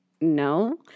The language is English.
no